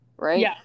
Right